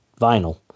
vinyl